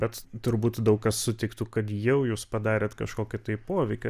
bet turbūt daug kas sutiktų kad jau jūs padarėt kažkokį tai poveikį